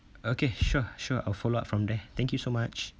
okay sure sure I'll follow up from there thank you so much